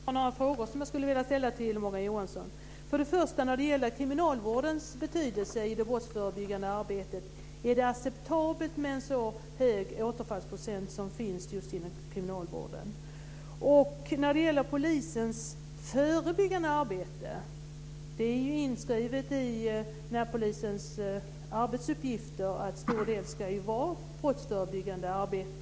Herr talman! Jag har några frågor jag vill ställa till När det gäller kriminalvårdens betydelse i det brottsförebyggande arbetet, är det acceptabelt med en så hög återfallsprocent som finns inom kriminalvården? Sedan är det frågan om polisens förebyggande arbete. Det är inskrivet i närpolisens arbetsuppgifter att en stor del av detta ska vara brottsförebyggande arbete.